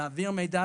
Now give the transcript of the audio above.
להעביר מידע,